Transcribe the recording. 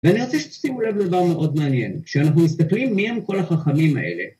ואני רוצה שתשימו לב לדבר מאוד מעניין, כשאנחנו מסתכלים מי הם כל החכמים האלה.